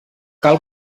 cal